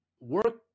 work